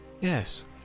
Yes